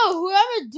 whoever